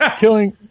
Killing